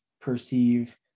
perceive